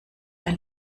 ein